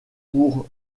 pour